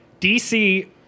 DC